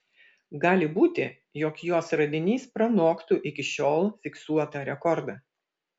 gali būti jog jos radinys pranoktų iki šiol fiksuotą rekordą